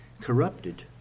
corrupted